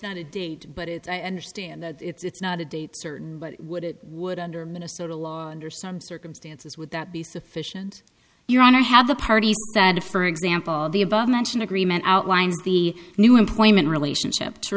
not a date but it's i understand that it's not a date certain but would it would under minnesota law under some circumstances would that be sufficient your honor have the parties that if for example the above mentioned agreement outlines the new employment relationship to